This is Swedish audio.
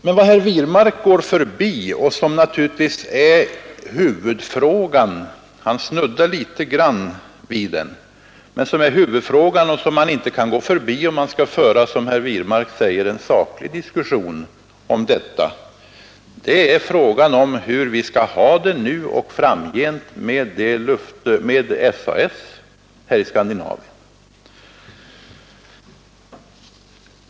Men vad herr Wirmark bara snuddar litet grand vid är huvudfrågan, vilken man naturligtvis inte kan gå förbi, om det skall vara, som herr Wirmark säger, en saklig diskussion, nämligen frågan om hur vi skall ha det nu och framgent med SAS här i Skandinavien.